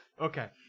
Okay